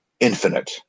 infinite